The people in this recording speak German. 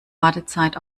wartezeit